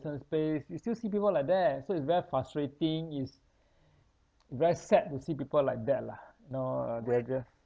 some space you still see people like that so it's very frustrating is very sad to see people like that lah you know uh they're just